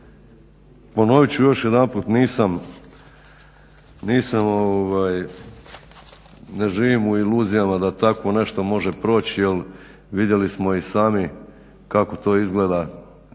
Ponovit ću još jedanput nisam, ne živim u iluzijama da takvo nešto može proć jer vidjeli smo i sami kako to izgleda